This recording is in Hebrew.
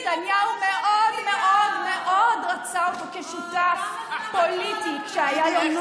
שנתניהו מאוד מאוד מאוד רצה אותו כשותף הפוליטי כשהיה לו נוח.